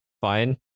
fine